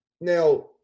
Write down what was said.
Now